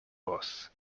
was